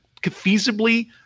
feasibly